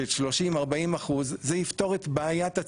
של 30-40 אחוזים,